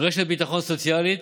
רשת ביטחון סוציאלית,